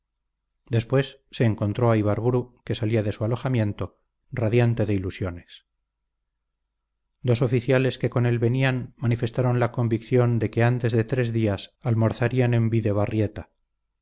después se encontró a ibarburu que salía de su alojamiento radiante de ilusiones dos oficiales que con él venían manifestaron la convicción de que antes de tres días almorzarían en